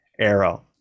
arrow